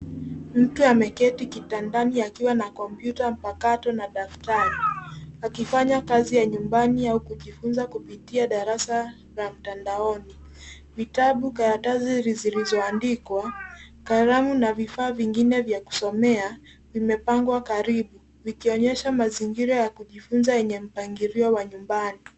Mtu ameketi kitandani akiwa na kompyuta mpakato na daftari akifanya kazi ya nyumbani au kujifunza kupitia darasa la mtandaoni. Vitabu, karatasi zilizoandikwa, kalamu na vifaa vingine vya kusomea, vimepangwa karibu vikionyesha mazingira ya kujifunza yenye mpangilio wa nyumbani.